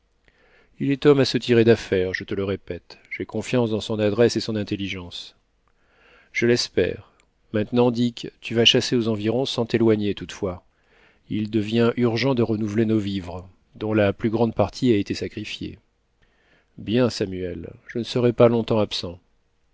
il est homme à se tirer d'affaire je te le répète j'ai confiance dans son adresse et son intelligence je l'espère maintenant dick tu vas chasser aux environs sans téloigner toutefois il devient urgent de renouveler nos vivres dont la plus grande partie a été sacrifiée bien samuel je ne serai pas longtemps absent